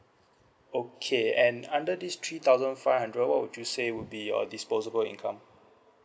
okay and under this three thousand five hundred what would you say would be your disposable income